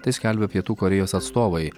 tai skelbia pietų korėjos atstovai